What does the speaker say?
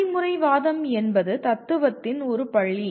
நடைமுறைவாதம் என்பது தத்துவத்தின் ஒரு பள்ளி